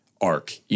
arc